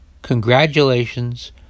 Congratulations